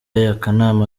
akanama